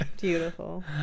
Beautiful